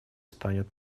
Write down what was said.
станет